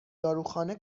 داروخانه